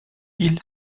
îles